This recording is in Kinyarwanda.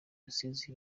rusizi